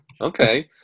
Okay